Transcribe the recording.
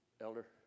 elder